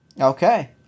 Okay